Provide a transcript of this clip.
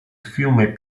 fiume